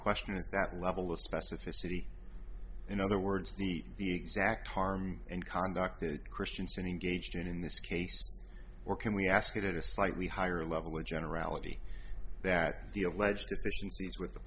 question at that level of specificity in other words the exact harm and conduct that christians are engaged in in this case or can we ask it in a slightly higher level of generality that the alleged deficiencies with the